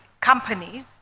companies